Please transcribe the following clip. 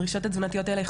הדרישות התזונתיות האלה,